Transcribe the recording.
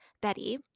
Betty